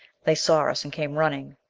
they saw us, and came running.